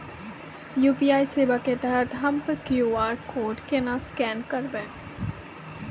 UPI सेवा के तहत हम्मय क्यू.आर कोड केना स्कैन करबै?